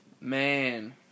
Man